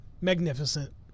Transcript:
magnificent